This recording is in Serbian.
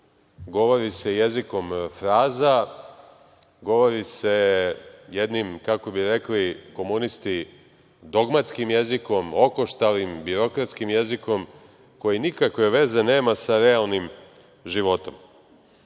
govori se jezikom fraza, govori se jednim, kako bi rekli komunisti dogmatskim jezikom, okoštalim, birokratskim jezikom, koji nikakve veze nema sa realnim životom. Rečeno